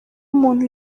umuntu